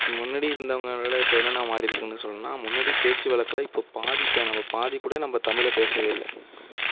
முன்னாடி இருந்தவங்களை இப்போ என்னென்ன மாறியிருக்குனு சொல்லணும்னால் முன்னாடி பேச்சு வழக்குல இப்போது பாதி கூ நம்ம பாதி கூட நம்ம தமிழை பேசவே இல்லை